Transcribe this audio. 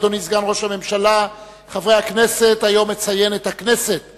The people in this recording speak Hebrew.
הצעות לסדר-היום שמספרן 1667,